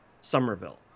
Somerville